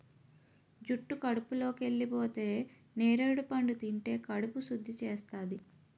జుట్టు కడుపులోకెళిపోతే నేరడి పండు తింటే కడుపు సుద్ధి చేస్తాది